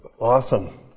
Awesome